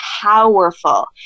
powerful